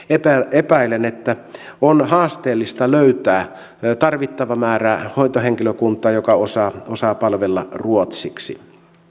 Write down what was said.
epäilen että on haasteellista löytää tarvittava määrä hoitohenkilökuntaa joka osaa osaa palvella ruotsiksi